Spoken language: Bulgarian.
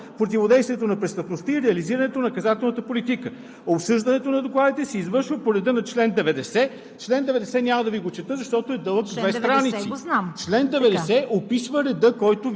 главният прокурор внася в Народното събрание и други доклади за дейността на прокуратурата по прилагането на закона, противодействието на престъпността и реализирането на наказателната политика. Обсъждането на докладите се извършва по реда на чл. 90.“